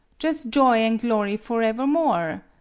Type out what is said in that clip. jus' joy an' glory foraevermore!